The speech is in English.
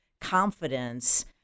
confidence